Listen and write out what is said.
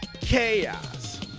Chaos